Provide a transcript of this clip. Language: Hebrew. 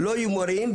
לא יהיו מורים,